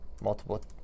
Multiple